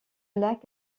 lac